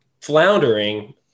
floundering